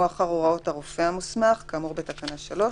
לרופא המוסמך ולשוטר הסמכויות המפורטות בתקנה 8